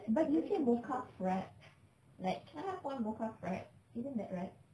but is it mocha frap like can I have one mocha frap isn't that right